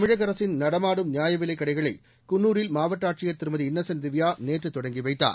தமிழக அரசின் நடமாடும் நியாவிலைக் கடைகளை குன்னூரில் மாவட்ட ஆட்சிய் திருமதி இன்னசென்ட் திவ்யா நேற்று தொடங்கி வைத்தார்